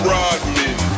Rodman